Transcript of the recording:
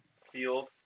field